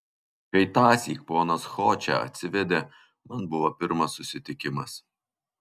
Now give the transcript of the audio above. kai tąsyk ponas ho čia atsivedė man buvo pirmas susitikimas